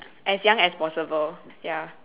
as young as possible ya